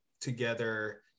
together